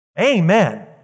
Amen